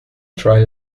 tried